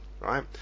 right